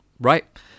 right